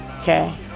okay